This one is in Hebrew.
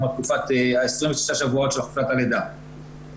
כמו תקופת ה-26 שבועות של חופשת הלידה.